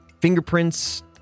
Fingerprints